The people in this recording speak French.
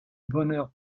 bonheur